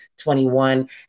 21